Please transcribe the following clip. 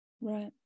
Right